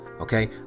okay